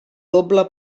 doble